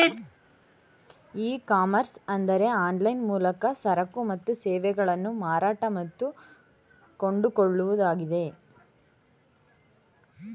E commerce ಅಂದರೆ online ಮೂಲಕ ಸರಕು ಮತ್ತು ಸೇವೆಗಳನ್ನು ಮಾರಾಟ ಮತ್ತು ಕೊಂಡುಕೊಳ್ಳುವುದಾಗಿದೆ